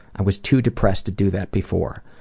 i was too depressed to do that before.